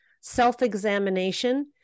self-examination